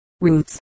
roots